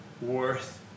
worth